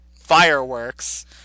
fireworks